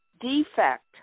defect